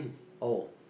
oh